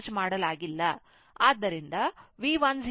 ಆದ್ದರಿಂದ V 1 0 V4 0 0 ಆಗಿದೆ